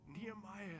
Nehemiah